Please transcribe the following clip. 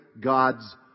God's